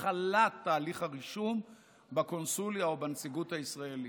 התחלת תהליך הרישום בקונסוליה או בנציגות הישראלית.